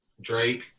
Drake